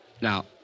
Now